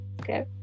okay